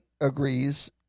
agrees